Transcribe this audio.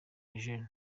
eugenie